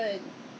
mmhmm